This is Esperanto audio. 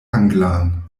anglan